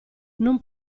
non